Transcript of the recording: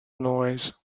noise